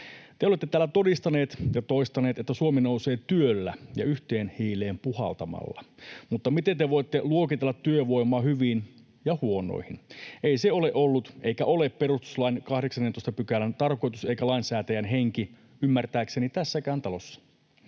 Te olette täällä todistaneet ja toistaneet, että Suomi nousee työllä ja yhteen hiileen puhaltamalla, mutta miten te voitte luokitella työvoimaa hyviin ja huonoihin? Ei se ole ollut, eikä ole, perustuslain 18 §:n tarkoitus eikä lainsäätäjän henki ymmärtääkseni tässäkään talossa.